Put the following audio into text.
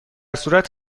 صورت